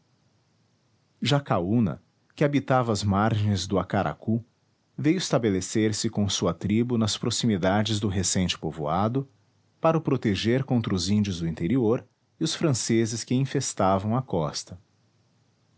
em acaúna que habitava as margens do acaracu veio estabelecer-se com sua tribo nas proximidades do recente povoado para o proteger contra os índios do interior e os franceses que infestavam a costa